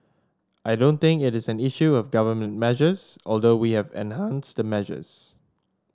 I don't think it is an issue of government measures although we have enhanced the measures